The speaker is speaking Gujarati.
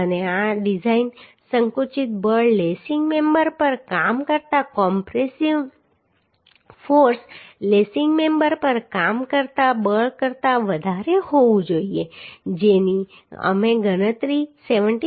અને આ ડિઝાઇન સંકુચિત બળ લેસિંગ મેમ્બર પર કામ કરતા કોમ્પ્રેસિવ ફોર્સ લેસિંગ મેમ્બર પર કામ કરતા બળ કરતા વધારે હોવું જોઈએ જેની અમે ગણતરી 17